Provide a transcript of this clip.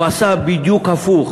הוא עשה בדיוק הפוך.